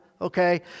okay